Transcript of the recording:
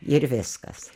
ir viskas